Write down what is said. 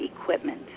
equipment